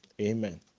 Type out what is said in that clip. amen